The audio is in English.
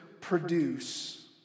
produce